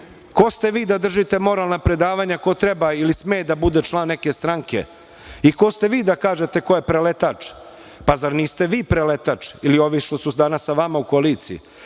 ko ste vi da držite moralna predavanja ko treba ili sme da bude član neke stranke i ko ste vi da kažete ko je preletač? Zar niste vi preletač ili ovi što su danas sa vama u koaliciji?